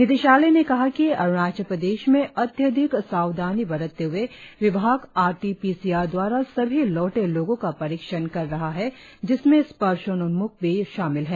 निदेशालय ने कहा कि अरुणाचल प्रदेश में अत्यधिक सावधानी बरतते हुए विभाग R T P C R द्वारा सभी लौटे लोगो का परीक्षण कर रहा है जिसमें स्पर्शोन्म्ख भी शामिल है